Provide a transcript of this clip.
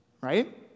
right